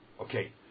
Okay